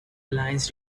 lines